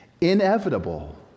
inevitable